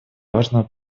важного